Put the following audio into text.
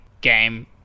game